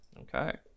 okay